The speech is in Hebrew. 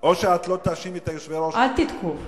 או שאת לא תאשימי את היושבי-ראש --- אל תתקוף,